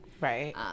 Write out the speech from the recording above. Right